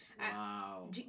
Wow